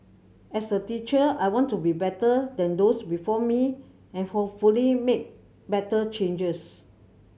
as a teacher I want to be better than those before me and hopefully make better changes